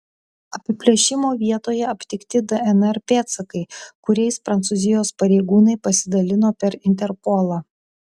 apiplėšimo vietoje aptikti dnr pėdsakai kuriais prancūzijos pareigūnai pasidalino per interpolą